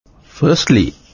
Firstly